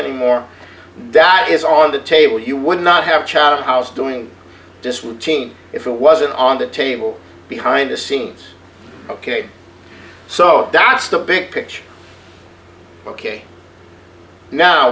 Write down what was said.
russian more that is on the table you would not have chatham house doing this routine if it wasn't on the table behind the scenes ok so that's the big picture ok now